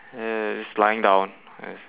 yeah it's lying down yes